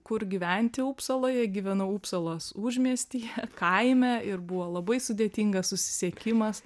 kur gyventi upsaloje gyvenau upsalos užmiestyje kaime ir buvo labai sudėtingas susisiekimas